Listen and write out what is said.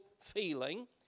feeling